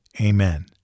Amen